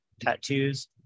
tattoos